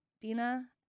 Dina